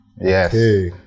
yes